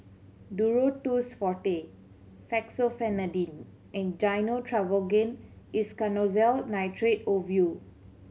Duro Tuss Forte Fexofenadine and Gyno Travogen Isoconazole Nitrate Ovule